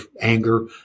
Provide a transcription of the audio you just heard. anger